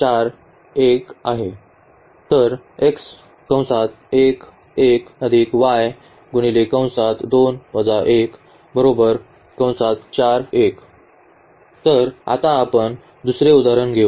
तर आता आपण दुसरे उदाहरण घेऊ